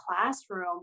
classroom